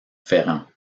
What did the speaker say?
ferrand